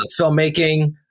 filmmaking